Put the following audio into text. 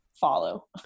follow